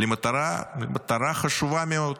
למטרה חשובה מאוד: